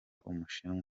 umushinwa